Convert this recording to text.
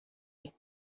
and